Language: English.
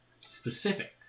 specific